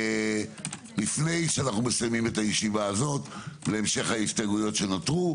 לפני שנסיים את הישיבה הזו להמשך ההסתייגויות שנותרו,